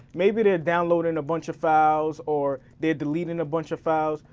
maybe they're downloading a bunch of files or they're deleting a bunch of files,